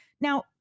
Now-